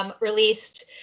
released